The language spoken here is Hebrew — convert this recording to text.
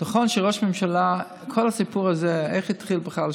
נכון שראש הממשלה, כל הסיפור הזה, איך התחיל בכלל?